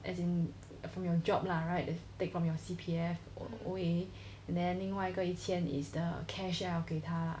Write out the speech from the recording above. as in from your job lah right to take from your C_P_F away then 另外一个一千 is the cash 要给他 lah